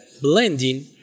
blending